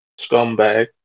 scumbag